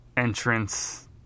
entrance